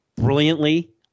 brilliantly